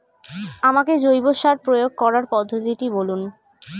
আমাকে জৈব সার প্রয়োগ করার পদ্ধতিটি বলুন?